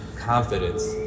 confidence